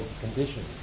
conditions